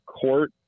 court